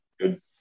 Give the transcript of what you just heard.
good